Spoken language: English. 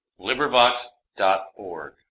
LibriVox.org